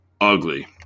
ugly